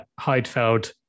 Heidfeld